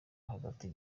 hagati